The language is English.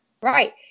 Right